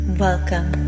Welcome